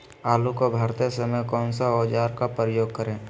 आलू को भरते समय कौन सा औजार का प्रयोग करें?